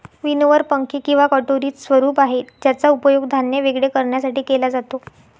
winnower पंखे किंवा कटोरीच स्वरूप आहे ज्याचा उपयोग धान्य वेगळे करण्यासाठी केला जातो